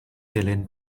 dilyn